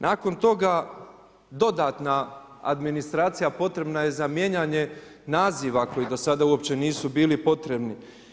Nakon toga dodatna administracija potrebna je za mijenjanje naziva koji do sada uopće nisu bili potrebni.